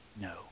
no